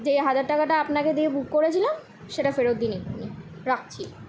যেই হাজার টাকাটা আপনাকে দিয়ে বুক করেছিলাম সেটা ফেরত দিন এক্ষুনি রাখছি